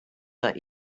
let